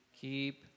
keep